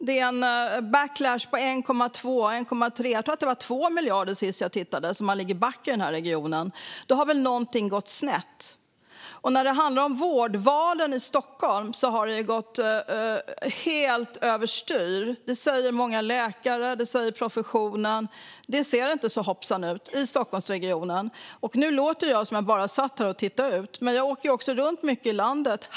Det är en backlash på 1,2-1,3 miljarder - nej, sist jag tittade tror jag faktiskt att man låg 2 miljarder back i den här regionen. Då har väl någonting gått snett? När det handlar om vårdvalen i Stockholm har det gått helt över styr. Det säger många läkare. Det säger professionen. Det ser inte så hoppsan ut i Stockholmsregionen. Nu låter jag som att jag bara satt här och tittade ut, men jag åker också runt mycket i landet.